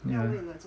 mm